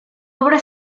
obra